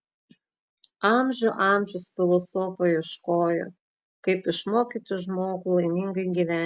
amžių amžius filosofai ieškojo kaip išmokyti žmogų laimingai gyventi